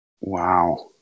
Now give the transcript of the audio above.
Wow